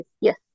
yes